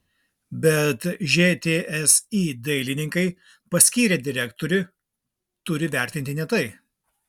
bet žtsi dalininkai paskyrę direktorių turi vertinti ne tai